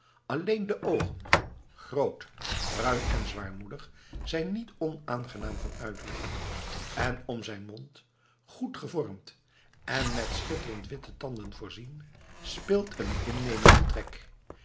alleen de oogen groot bruin en zwaarmoedig zijn niet onaangenaam van uitdrukking en om zijn mond goed gevormd en met schitterend witte tanden voorzien speelt een innemende trek